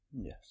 Yes